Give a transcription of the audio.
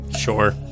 Sure